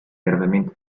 gravemente